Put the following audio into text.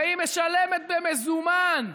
והיא משלמת במזומן.